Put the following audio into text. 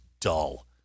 dull